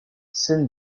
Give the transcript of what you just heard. scène